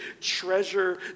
treasure